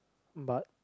but